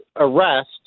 arrest